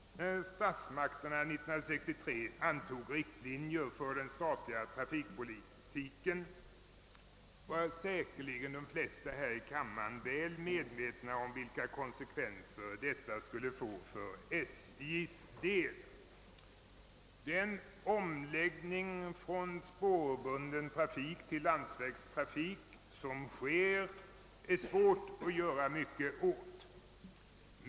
När statsmakterna 1963 antog riktlinjer för den statliga trafikpolitiken var säkerligen de flesta här i kammaren väl medvetna om vilka konsekvenser detta skulle få för SJ. Den omläggning från spårbunden trafik till landsvägstrafik som sker är det svårt att göra mycket åt.